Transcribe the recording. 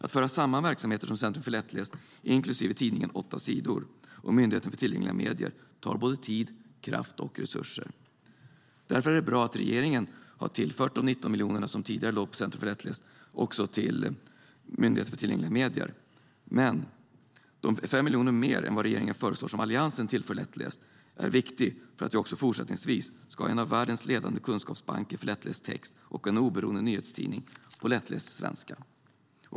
Att föra samman verksamheter som Centrum för lättläst, inklusive tidningen 8 Sidor, och Myndigheten för tillgängliga medier, tar både tid, kraft och resurser. Därför är det bra att regeringen har tillfört de 19 miljoner kronor som tidigare låg på Centrum för lättläst till Myndigheten för tillgängliga medier. Men därför är de 5 miljoner mer som Alliansen föreslår viktiga för att vi också fortsättningsvis ska ha en av världens ledande kunskapsbanker för lättläst text och en oberoende nyhetstidning på lättläst svenska.